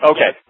Okay